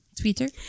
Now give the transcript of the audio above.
Twitter